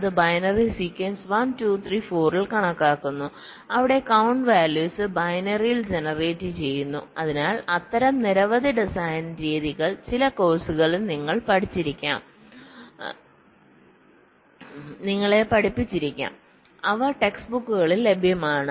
അത് binary sequence 1 2 3 4 ൽ കണക്കാക്കുന്നു അവിടെ കൌണ്ട് വാല്യൂസ് ബൈനറിയിൽ ജനറേറ്റുചെയ്യുന്നു അതിനാൽ അത്തരം നിരവധി ഡിസൈൻ രീതികൾ ചില കോഴ്സുകളിൽ നിങ്ങളെ പഠിപ്പിച്ചിരിക്കാം അവ ടെസ്റ്റ് ബുക്കുകളിൽ ലഭ്യമാണ്